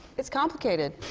it's complicated.